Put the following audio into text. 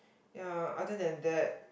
ya other than that